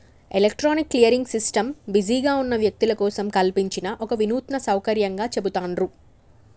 electronic clearing system బిజీగా ఉన్న వ్యక్తుల కోసం కల్పించిన ఒక వినూత్న సౌకర్యంగా చెబుతాండ్రు